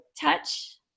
touch